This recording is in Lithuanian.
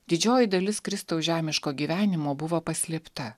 didžioji dalis kristaus žemiško gyvenimo buvo paslėpta